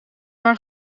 maar